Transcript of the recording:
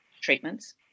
treatments